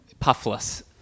puffless